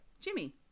Jimmy